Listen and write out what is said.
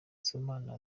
sibomana